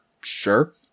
Sure